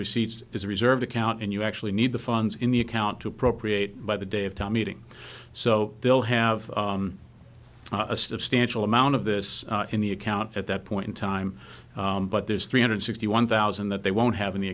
receipts is a reserved account and you actually need the funds in the account to appropriate by the day of time meeting so they'll have a substantial amount of this in the account at that point in time but there's three hundred sixty one thousand that they won't have